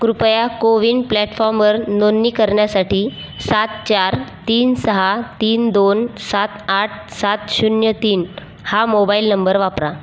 कृपया कोविन प्लॅटफॉर्मवर नोंदणी करण्यासाठी सात चार तीन सहा तीन दोन सात आठ सात शून्य तीन हा मोबाइल नंबर वापरा